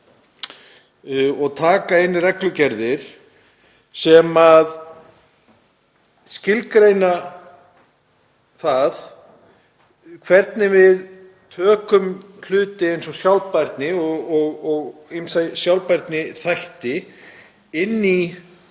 og taka inn reglugerðir sem skilgreina það hvernig við tökum hluti eins og sjálfbærni og ýmsa sjálfbærniþætti inn í